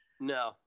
no